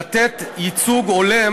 לתת ייצוג הולם